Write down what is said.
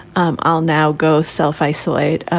um i'll now go self isolate.